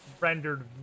rendered